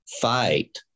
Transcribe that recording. fight